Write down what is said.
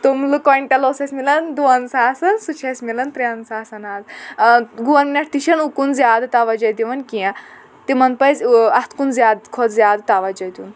توٚملہٕ کۄینٹَل اوس اسہِ میلان دۄن ساسَن سُہ چھُ اسہِ میلان ترٛیٚن ساسَن آز ٲں گورمیٚنٛٹ تہِ چھَنہٕ اُکُن زیٛادٕ توجہ دوان کیٚنٛہہ تِمن پَزِ ٲں اتھ کُن زیادٕ کھۄتہ زیاد توجہ دیٛن